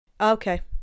Okay